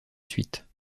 suite